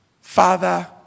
Father